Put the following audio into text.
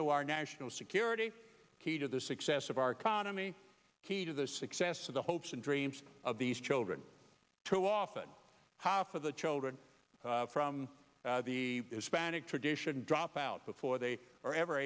to our national security key to the success of our economy key to the success of the hopes and dreams of these children too often half of the children from the hispanic tradition drop out before they are ever